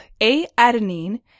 A-Adenine